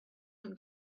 him